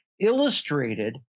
Illustrated